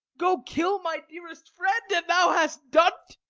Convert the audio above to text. go kill my dearest friend, and thou hast done t.